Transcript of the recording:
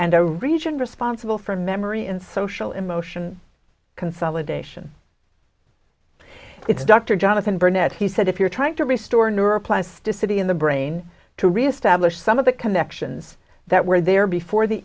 and a region responsible for memory and social emotion consolidation it's dr jonathan burnett he said if you're trying to restore neural plasticity in the brain to reestablish some of the connections that were there before the